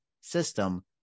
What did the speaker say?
system